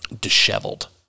disheveled